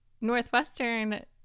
Northwestern